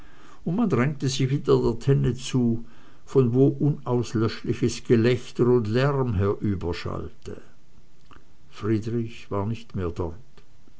und man drängte sich wieder der tenne zu von wo unauslöschliches gelächter und lärm herüberschallte friedrich war nicht mehr dort